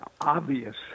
obvious